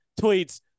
tweets